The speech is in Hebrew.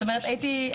זאת אומרת ממש